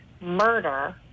murder